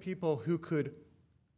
people who could